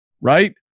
right